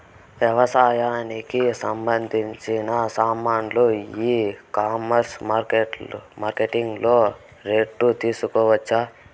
వ్యవసాయానికి సంబంధించిన సామాన్లు ఈ కామర్స్ మార్కెటింగ్ లో రేట్లు తెలుసుకోవచ్చా?